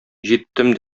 җиттем